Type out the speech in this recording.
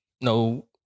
no